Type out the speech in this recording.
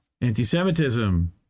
anti-Semitism